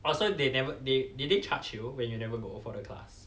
oh so they never they did they charge you when you never go for the class